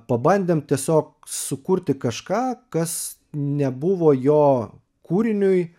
pabandėm tiesiog sukurti kažką kas nebuvo jo kūriniui